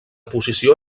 posició